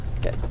Good